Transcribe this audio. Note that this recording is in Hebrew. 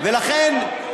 לכן,